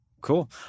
cool